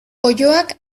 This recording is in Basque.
oiloak